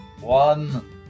One